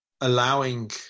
allowing